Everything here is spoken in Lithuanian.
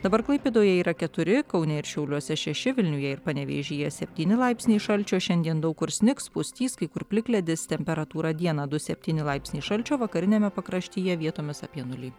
dabar klaipėdoje yra keturi kaune ir šiauliuose šeši vilniuje ir panevėžyje septyni laipsniai šalčio šiandien daug kur snigs pustys kai kur plikledis temperatūra dieną du septyni laipsniai šalčio vakariniame pakraštyje vietomis apie nulį